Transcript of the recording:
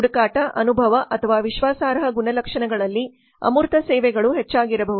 ಹುಡುಕಾಟ ಅನುಭವ ಅಥವಾ ವಿಶ್ವಾಸಾರ್ಹ ಗುಣಲಕ್ಷಣಗಳಲ್ಲಿ ಅಮೂರ್ತ ಸೇವೆಗಳು ಹೆಚ್ಚಾಗಿರಬಹುದು